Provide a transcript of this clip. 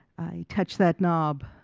touch that knob